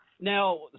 Now